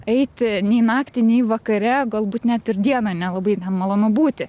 eiti nei naktį nei vakare galbūt net ir dieną nelabai malonu būti